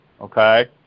okay